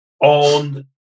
on